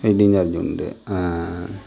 waiting charge உண்டு